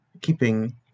keeping